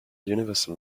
universal